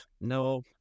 No